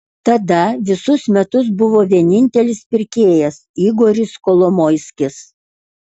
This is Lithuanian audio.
tada visus metus buvo vienintelis pirkėjas igoris kolomoiskis